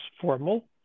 formal